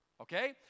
Okay